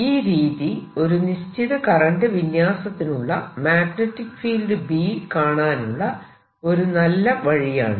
ഈ രീതി ഒരു നിശ്ചിത കറന്റ് വിന്യാസത്തിനുള്ള മാഗ്നെറ്റിക് ഫീൽഡ് B കാണാനുള്ള ഒരു നല്ല വഴിയാണ്